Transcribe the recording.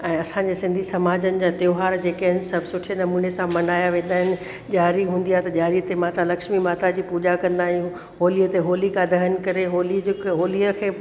ऐं असां सिंधी समाजनि जा त्योहार जेके आहिनि सभु सुठे नमूने सां मल्हाया वेंदा आहिनि ॾियारी हूंदी आहे त ॾियारी ते माता लक्ष्मी माता जी पूॼा कंदा आहियूं होलीअ ते होलिका दहन करे होलीअ जो होली खे सुठे नमूने सां करे